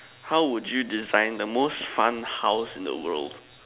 how would you design the most fun house in the world